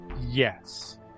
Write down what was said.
Yes